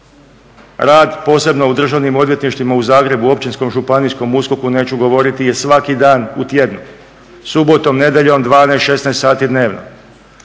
Rad posebno u Državnim odvjetništvima u Zagrebu, općinskom, županijskom USKOK-u neću govoriti je svaki dan u tjednu subotom, nedjeljom, 12, 16 sati dnevno.